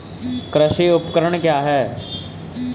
कृषि उपकरण क्या है?